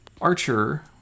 Archer